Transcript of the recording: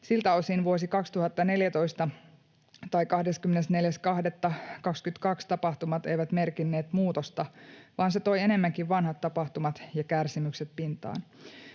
Siltä osin vuosi 2014 tai 24.2.22 tapahtumat eivät merkinneet muutosta, vaan ne toivat enemmänkin vanhat tapahtumat ja kärsimykset pintaan: